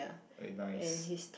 eh nice